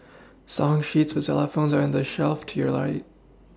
song sheets for xylophones are on the shelf to your right